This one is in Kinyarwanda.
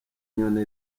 inyoni